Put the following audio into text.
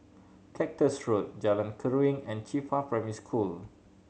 Cactus Road Jalan Keruing and Qifa Primary School